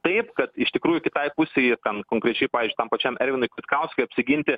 taip kad iš tikrųjų kitai pusei ir ten konkrečiai pavyzdžiui tam pačiam elvinui kutkauskui apsiginti